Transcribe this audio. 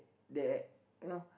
the